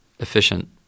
Efficient